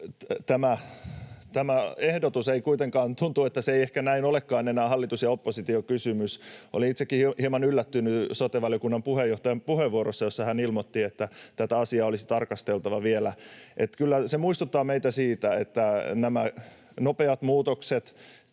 tämä ehdotus ei kuitenkaan olekaan enää hallitus- ja oppositiokysymys. Olin itsekin jo hieman yllättynyt sote-valiokunnan puheenjohtajan puheenvuorosta, jossa hän ilmoitti, että tätä asiaa olisi tarkasteltava vielä. Kyllä se muistuttaa meitä siitä, että nämä nopeat muutokset